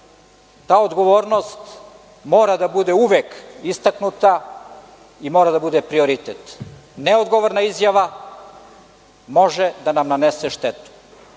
Ta odgovornost mora da bude uvek istaknuta i mora da bude prioritet. Neodgovorna izjava može da nam nanese